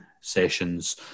sessions